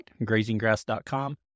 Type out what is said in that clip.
grazinggrass.com